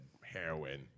heroin